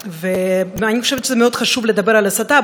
זה פשוט הסוף שאתם מביאים